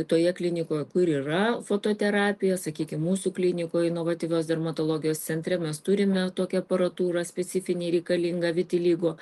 toje klinikoje kur yra fototerapija sakykim mūsų klinikoj inovatyvios dermatologijos centre mes turime tokią aparatūrą specifinę reikalingą vitiligo